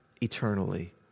eternally